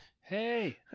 Hey